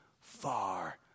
far